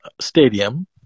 stadium